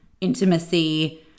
intimacy